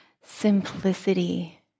simplicity